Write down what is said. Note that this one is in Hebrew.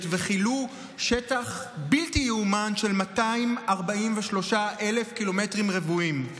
וכילו שטח בלתי ייאמן של 243,000 קילומטרים רבועים.